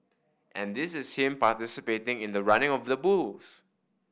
and this is him participating in the running of the bulls